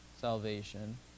salvation